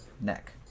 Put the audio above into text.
neck